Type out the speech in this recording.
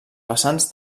vessants